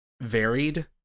varied